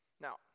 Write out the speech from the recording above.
Now